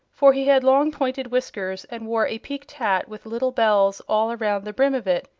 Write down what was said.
for he had long pointed whiskers and wore a peaked hat with little bells all around the brim of it,